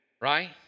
right